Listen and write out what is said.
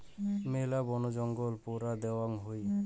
মেলা বনজঙ্গল পোড়া দ্যাওয়াং হই